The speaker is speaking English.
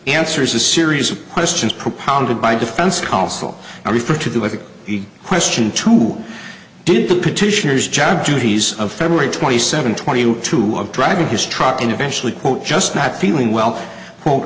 answers a series of questions propounded by defense counsel i refer to them with a question to did the petitioners job duties of february twenty seven twenty two of driving his truck and eventually quote just not feeling well